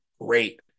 Great